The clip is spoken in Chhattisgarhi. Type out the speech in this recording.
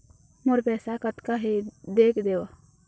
मोर पैसा कतका हे देख देव?